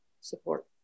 support